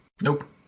Nope